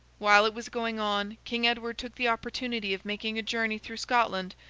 while it was going on, king edward took the opportunity of making a journey through scotland,